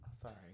sorry